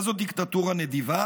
מה זאת דיקטטורה נדיבה?